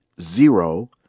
zero